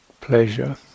pleasure